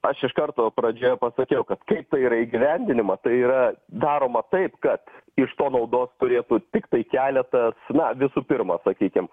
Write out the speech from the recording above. aš iš karto pradžioje pasakiau kad taip yra įgyvendinima tai yra daroma taip kad iš to naudos turėtų tiktai keleta na visų pirma sakykim